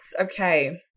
okay